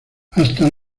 hasta